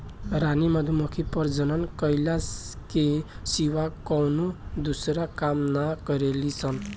रानी मधुमक्खी प्रजनन कईला के सिवा कवनो दूसर काम ना करेली सन